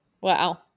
Wow